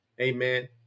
Amen